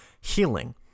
healing